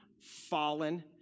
fallen